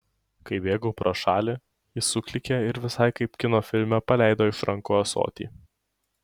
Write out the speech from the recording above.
kai bėgau pro šalį ji suklykė ir visai kaip kino filme paleido iš rankų ąsotį